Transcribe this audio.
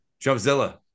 Jumpzilla